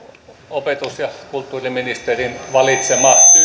opetus ja kulttuuriministerin valitsema tyylilaji kyllä minut yllätti